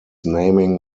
naming